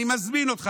אני מזמין אותך,